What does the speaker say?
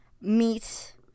meat